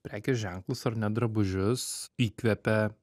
prekės ženklus ar net drabužius įkvepia